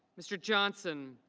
mr. johnson.